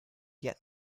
yet